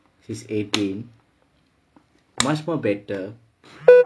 she's eighteen much more better